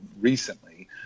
recently